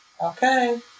okay